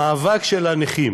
המאבק של הנכים